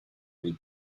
read